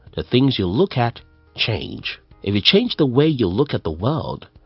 the things you look at change. if you change the way you look at the world,